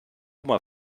oma